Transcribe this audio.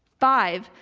five.